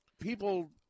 people